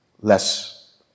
less